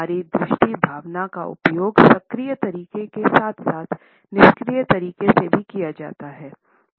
हमारी दृश्य भावना का उपयोग सक्रिय तरीके के साथ साथ निष्क्रिय तरीके से भी किया जाता है